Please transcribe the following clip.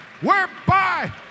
whereby